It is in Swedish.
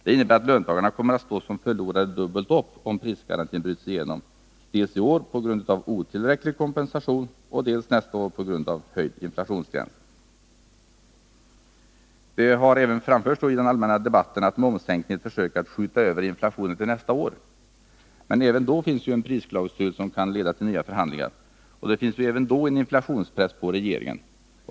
Det innebär att löntagarna kommer att stå som förlorare dubbelt upp om prisgarantin bryts igenom -— dels i år på grund av otillräcklig kompensation, dels nästa år på grund av höjd inflationsgräns. Det har även anförts i den allmänna debatten att momssänkningen är ett försök att skjuta över inflationen till nästa år. Men även för nästa år finns det ju en prisklausul som kan leda till nya förhandlingar. Det finns ju även då en inflationspress på regeringen.